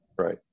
right